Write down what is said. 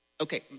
Okay